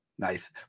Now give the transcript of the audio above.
Nice